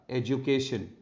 education